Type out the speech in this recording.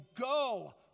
go